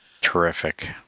terrific